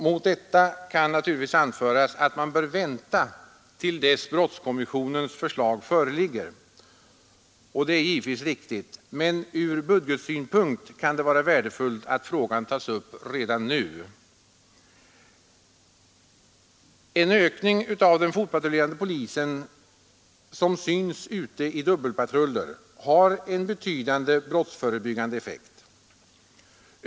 Mot detta kan naturligtvis anföras att man bör vänta till dess brottskommissionens förslag föreligger, och det är givetvis riktigt, men från budgetsynpunkt kan det vara värdefullt att frågan tas upp redan nu. En ökning av den fotpatrullerande polisen, som syns ute i dubbelpatruller, har en betydande brottsförebyggande effekt.